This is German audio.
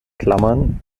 klammern